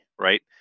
Right